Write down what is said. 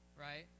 right